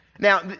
Now